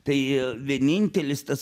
tai vienintelis tas